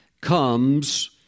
comes